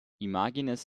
imagines